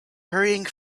hurrying